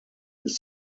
ist